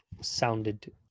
sounded